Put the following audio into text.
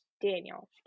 Daniel